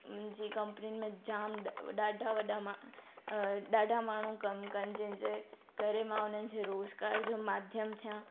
जीअं कंपनीनि में जाम वॾा ॾाढा ॾाढा माण्हू कम कनि जंहिंजे करे मां उन्हनि जे रोज़गार जो माध्यम थिया